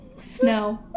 snow